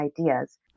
ideas